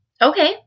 Okay